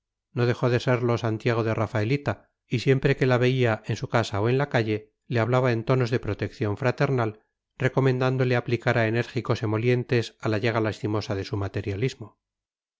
no dejó de serlo santiago de rafaelita y siempre que la veía en su casa o en la calle le hablaba en tonos de protección fraternal recomendándole aplicara enérgicos emolientes a la llaga lastimosa de su materialismo